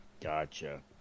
Gotcha